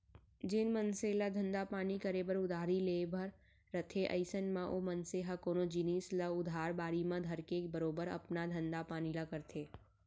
जेन मनसे ल धंधा पानी करे बर उधारी लेहे बर रथे अइसन म ओ मनसे ह कोनो जिनिस ल उधार बाड़ी म धरके बरोबर अपन धंधा पानी ल करथे